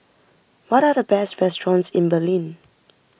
what are the best restaurants in Berlin